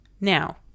Now